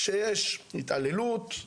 כשיש התעללות,